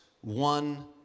one